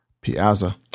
Piazza